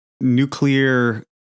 nuclear